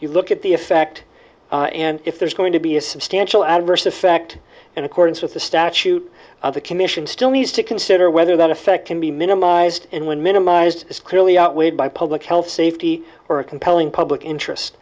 you look at the effect and if there's going to be a substantial adverse effect in accordance with the statute of the commission still needs to consider whether that effect can be minimized and when minimised is clearly outweighed by public health safety or a compelling public interest